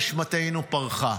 נשמתנו פרחה.